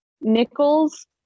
nickels